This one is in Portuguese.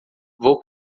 vou